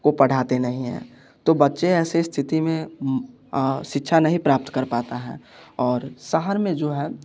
को पढ़ाते नहीं है तो बच्चे ऐसी स्थिति में शिक्षा नहीं प्राप्त कर पाता है और शहर में जो है